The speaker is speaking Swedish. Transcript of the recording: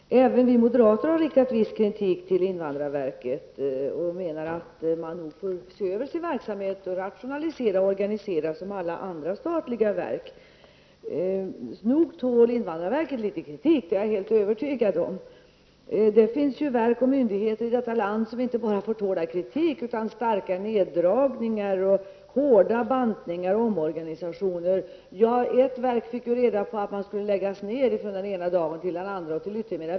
Herr talman! Även vi moderater har riktat viss kritik mot invandrarverket. Vi menar att man får se över sin verksamhet, rationalisera och organisera som alla andra statliga verk. Nog tål invandrarverket litet kritik, det är jag helt övertygad om. Det finns verk och myndigheter i detta land som inte bara får tåla kritik, utan starka neddragningar, hårda bantningar och omorganisationer. På ett verk fick man reda på i pressen att verket skulle läggas ned från den ena dagen till den andra.